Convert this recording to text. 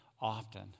often